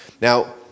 Now